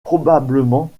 probablement